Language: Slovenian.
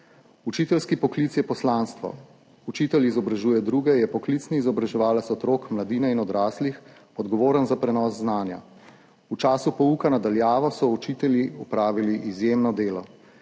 Učiteljski poklic je poslanstvo, učitelj izobražuje druge, je poklicni izobraževalec otrok, mladine in odraslih, odgovoren za prenos znanja. V času pouka na daljavo so učitelji opravili izjemno delo.